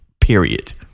period